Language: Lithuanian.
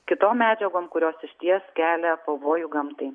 kitom medžiagom kurios išties kelia pavojų gamtai